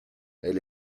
elle